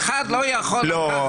אדם אחד לא יכול לקחת את המדינה,